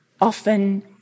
often